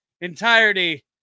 entirety